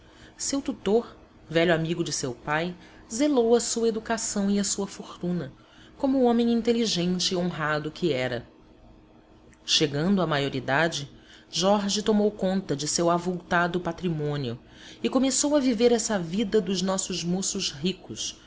seu tutor velho amigo de seu pai zelou a sua educação e a sua fortuna como homem inteligente e honrado que era chegando à maioridade jorge tomou conta de seu avultado patrimônio e começou a viver essa vida dos nossos moços ricos